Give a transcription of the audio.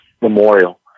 Memorial